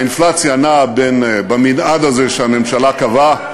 האינפלציה נעה במנעד הזה שהממשלה קבעה,